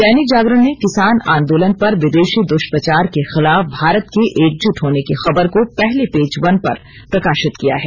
दैनिक जागरण ने किसान आंदोलन पर विदेशी दुष्प्रचार के खिलाफ भारत के एकजुट होने की खबर को पहले पेज वन पर प्रकाशित किया है